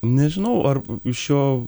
nežinau ar iš jo